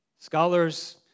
Scholars